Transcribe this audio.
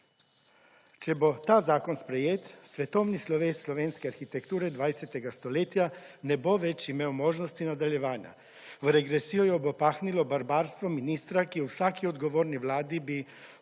Če bo ta zakon sprejet, svetovni slovenske arhitekture 20. stoletja ne bo več imel možnosti nadaljevanja. V regresijo bo pahnilo barbarstvo ministra, ki je v vsaki odgovorni Vladi bi